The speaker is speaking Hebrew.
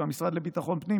המשרד לביטחון הפנים,